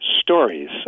stories